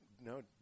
No